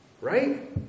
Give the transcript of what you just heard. right